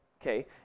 Okay